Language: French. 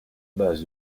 base